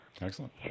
Excellent